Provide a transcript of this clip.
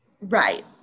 Right